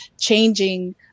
changing